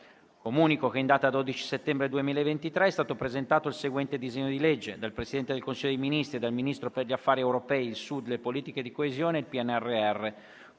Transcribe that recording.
Comunico che in data 12 settembre 2023 è stato presentato il seguente disegno di legge: *dal Presidente del Consiglio dei Ministri e dal Ministro per gli affari europei, il Sud, le politiche di coesione e il PNRR*